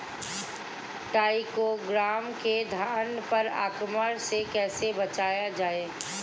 टाइक्रोग्रामा के धान पर आक्रमण से कैसे बचाया जाए?